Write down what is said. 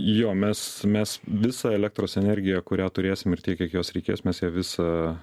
jo mes mes visą elektros energiją kurią turėsim ir tiek kiek jos reikės mes ją visą